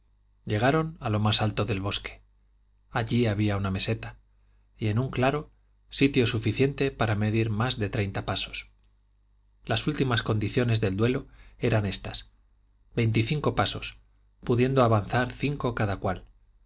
llegaron a lo más alto del bosque allí había una meseta y en un claro sitio suficiente para medir más de treinta pasos las últimas condiciones del duelo eran estas veinticinco pasos pudiendo avanzar cinco cada cual